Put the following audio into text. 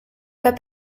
pas